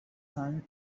son